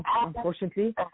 unfortunately